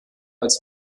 als